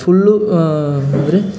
full ಅಂದರೆ